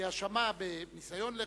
כי האשמה בניסיון לרצח,